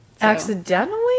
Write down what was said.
accidentally